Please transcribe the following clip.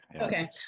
Okay